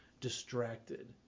distracted